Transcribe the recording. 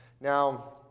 Now